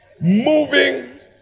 Moving